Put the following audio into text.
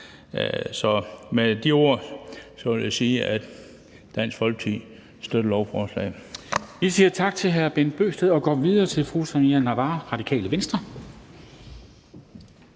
Med de ord vil jeg sige, at Dansk Folkeparti støtter lovforslaget.